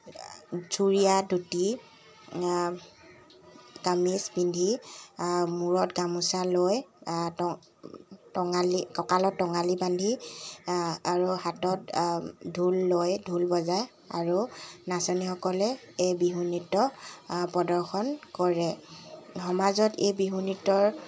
চুৰীয়া ধুতি কামিজ পিন্ধি মূৰত গামোচা লৈ ট টঙালী কঁকালত টঙালী বান্ধি আৰু হাতত ঢোল লৈ ঢোল বজায় আৰু নাচনীসকলে এই বিহু নৃত্য পদৰ্শন কৰে সমাজত এই বিহু নৃত্যৰ